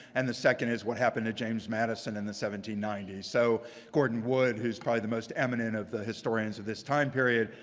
and the second is what happened to james madison in the seventeen ninety s. so gordon wood, who's probably the most eminent of the historians of this time period,